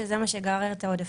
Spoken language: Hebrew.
שזה מה שגרר את העודפים.